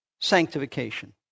sanctification